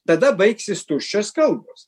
tada baigsis tuščios kalbos